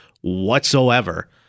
whatsoever